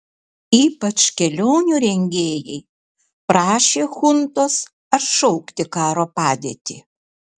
ypač kelionių rengėjai prašė chuntos atšaukti karo padėtį